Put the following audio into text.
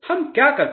हम क्या करते हैं